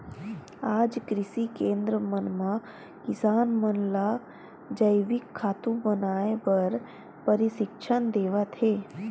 आज कृषि केंद्र मन म किसान मन ल जइविक खातू बनाए बर परसिक्छन देवत हे